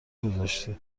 گذاشتی